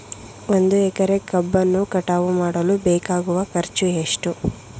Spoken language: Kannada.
ಒಂದು ಎಕರೆ ಕಬ್ಬನ್ನು ಕಟಾವು ಮಾಡಲು ಬೇಕಾಗುವ ಖರ್ಚು ಎಷ್ಟು?